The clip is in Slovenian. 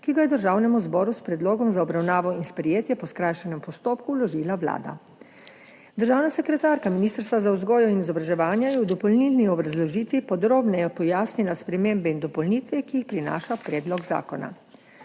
ki ga je Državnemu zboru s predlogom za obravnavo in sprejetje po skrajšanem postopku vložila Vlada. Državna sekretarka Ministrstva za vzgojo in izobraževanje je v dopolnilni obrazložitvi podrobneje pojasnila spremembe in dopolnitve, ki jih prinaša predlog zakona.